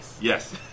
yes